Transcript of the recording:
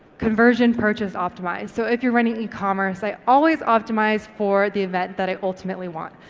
conversion purchase optimised, so if you're running ecommerce, i always optimise for the event that i ultimately want.